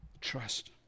Trust